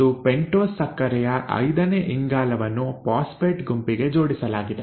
ಮತ್ತು ಪೆಂಟೋಸ್ ಸಕ್ಕರೆಯ ಐದನೇ ಇಂಗಾಲವನ್ನು ಫಾಸ್ಫೇಟ್ ಗುಂಪಿಗೆ ಜೋಡಿಸಲಾಗಿದೆ